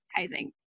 advertising